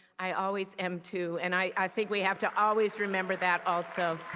i always am, too. and i think we have to always remember that, also.